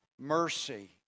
Mercy